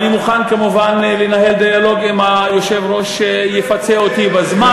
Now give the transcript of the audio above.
אני מוכן כמובן לנהל דיאלוג אם היושב-ראש יפצה אותי בזמן.